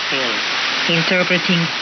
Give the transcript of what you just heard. interpreting